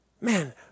Man